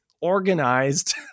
organized